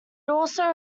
also